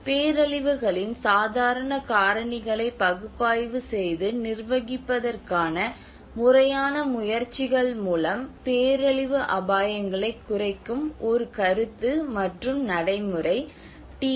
பேரழிவுகளின் சாதாரண காரணிகளை பகுப்பாய்வு செய்து நிர்வகிப்பதற்கான முறையான முயற்சிகள் மூலம் பேரழிவு அபாயங்களைக் குறைக்கும் ஒரு கருத்து மற்றும் நடைமுறை டி